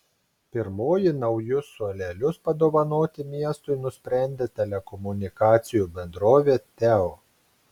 pirmoji naujus suolelius padovanoti miestui nusprendė telekomunikacijų bendrovė teo